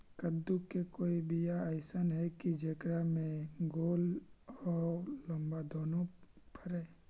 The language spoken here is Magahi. कददु के कोइ बियाह अइसन है कि जेकरा में गोल औ लमबा दोनो फरे?